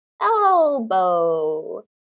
elbow